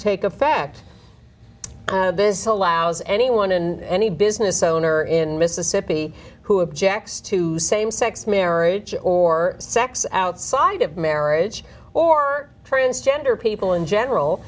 take effect this allows anyone and any business owner in mississippi who objects to same sex marriage or sex outside of marriage or transgender people in general